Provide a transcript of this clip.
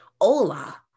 hola